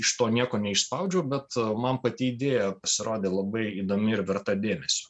iš to nieko neišspaudžiau bet man pati idėja pasirodė labai įdomi ir verta dėmesio